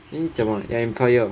eh need 讲 [what] your employer